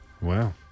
Wow